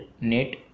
net